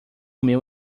meu